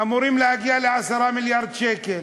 אמורים להגיע ל-10 מיליארד שקל.